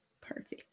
Perfect